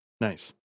Nice